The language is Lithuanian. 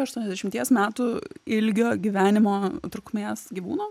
aštuoniasdešimies metų ilgio gyvenimo trukmės gyvūno